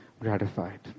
gratified